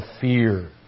fear